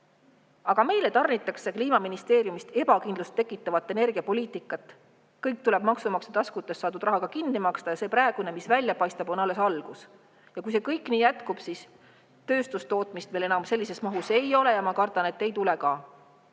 Samas tarnitakse meile Kliimaministeeriumist ebakindlust tekitavat energiapoliitikat: kõik tuleb maksumaksja taskutest saadud rahaga kinni maksta. Ja see, mis praegu välja paistab, on alles algus. Kui see kõik nii jätkub, siis tööstustootmist meil enam sellises mahus ei ole ja ma kardan, et ei tule ka.